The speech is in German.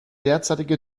derzeitige